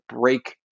break